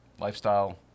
Lifestyle